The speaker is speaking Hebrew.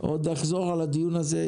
אני עוד אחזור על הדיון הזה.